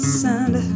send